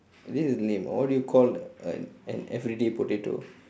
this is lame what do you call an an everyday potato